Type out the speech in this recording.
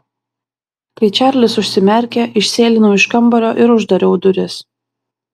kai čarlis užsimerkė išsėlinau iš kambario ir uždariau duris